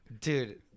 Dude